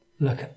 look